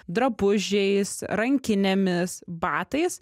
drabužiais rankinėmis batais